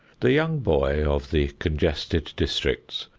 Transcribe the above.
the young boy of the congested districts,